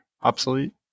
obsolete